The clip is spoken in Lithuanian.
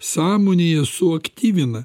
sąmonėje suaktyvina